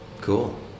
cool